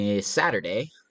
Saturday